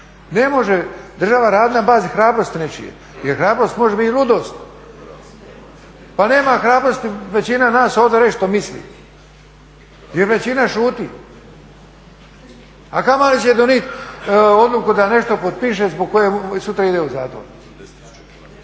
Ne može država raditi na bazi hrabrosti nečije jer hrabrost može biti ludost. Pa nema hrabrosti ovdje većina nas reći što misli i većina šuti, a kamoli da će donijeti odluku da nešto potpiše zbog koje sutra ide u zatvor.